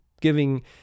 giving